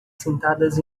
sentadas